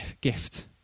gift